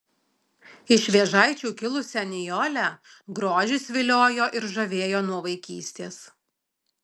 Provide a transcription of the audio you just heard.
iš vėžaičių kilusią nijolę grožis viliojo ir žavėjo nuo vaikystės